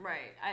Right